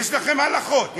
יש לכם הלכות,